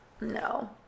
No